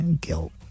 guilt